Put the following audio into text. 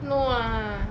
no ah